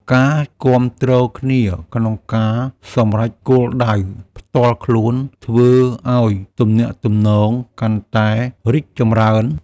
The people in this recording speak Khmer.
ការគាំទ្រគ្នាក្នុងការសម្រេចគោលដៅផ្ទាល់ខ្លួនធ្វើឱ្យទំនាក់ទំនងកាន់តែរីកចម្រើន។